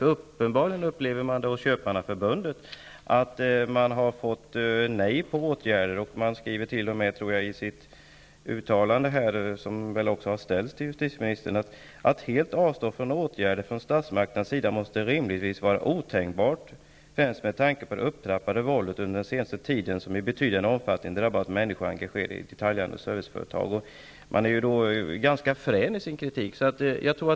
Hos Köpmannaförbundet upplever man uppenbarligen att man har fått nej till åtgärder. I uttalandet, som ställdes till justitieministern, skrev man: ''Att helt avstå från åtgärder från statsmakternas sida måste rimligtvis vara otänkbart, främst med tanke på det upptrappade våldet under den senaste tiden som i betydande omfattning drabbat människor engagerade i detaljhandel och serviceföretag.'' Man är ganska frän i sin kritik.